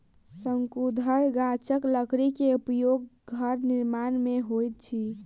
शंकुधर गाछक लकड़ी के उपयोग घर निर्माण में होइत अछि